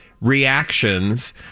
reactions